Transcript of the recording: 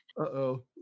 Uh-oh